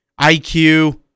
IQ